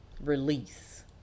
Release